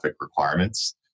requirements